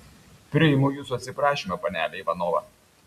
priimu jūsų atsiprašymą panele ivanova